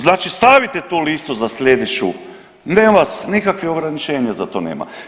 Znači stavite tu listu za sljedeću nikakvih ograničenja za to nema.